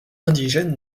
indigènes